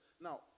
Now